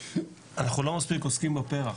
ואנחנו לא מספיק עוסקים בפרח.